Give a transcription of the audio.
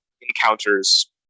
encounters